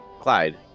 Clyde